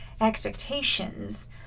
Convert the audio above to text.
expectations